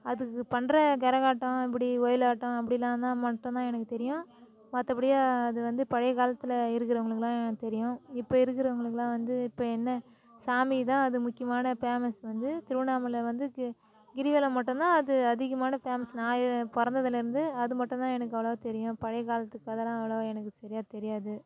அதுக்கு பண்ணுற கரகாட்டம் இப்படி ஒயிலாட்டம் அப்படிலாந்தான் மட்டும்தான் எனக்கு தெரியும் மற்றபடியா அது வந்து பழையக்காலத்தில் இருக்கிறவங்களுக்குலாம் தெரியும் இப்போ இருக்கிறவங்களுக்குலாம் வந்து இப்போ என்ன சாமி தான் அது முக்கியமான பேமஸ் வந்து திருவண்ணாமலையில் வந்து கி கிரிவலம் மட்டுதான் அது அதிகமான ஃபேமஸ் நான் பிறந்ததுலேருந்து அது மட்டும்தான் எனக்கு அவ்வளவா தெரியும் பழைய காலத்து கதைலாம் அவ்வளவா எனக்கு சரியாக தெரியாது